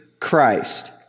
Christ